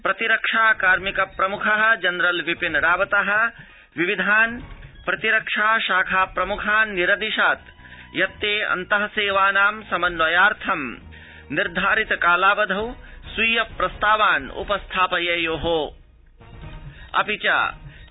प्रतिरक्षा कार्मिक प्रमुख जेनरल् विपिन रावत विविधान् प्रतिरक्षा शाखा प्रमुखान् निरदिशत् यत्ते अन्तसेवानां समन्वयार्थं निर्धारित कालावधौ स्वीय प्रस्तावान् उपस्थाययेय्